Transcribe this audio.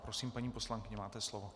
Prosím, paní poslankyně, máte slovo.